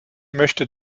möchte